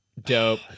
Dope